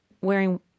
wearing